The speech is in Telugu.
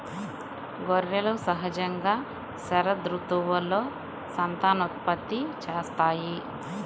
గొర్రెలు సహజంగా శరదృతువులో సంతానోత్పత్తి చేస్తాయి